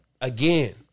again